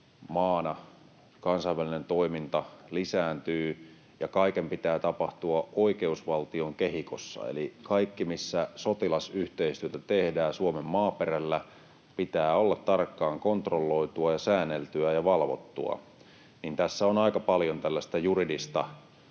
kansainvälinen toiminta lisääntyy ja kaiken pitää tapahtua oikeusvaltion kehikossa eli kaiken, missä sotilasyhteistyötä tehdään Suomen maaperällä, pitää olla tarkkaan kontrolloitua ja säänneltyä ja valvottua, niin tässä on aika paljon tällaista juridista.